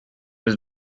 his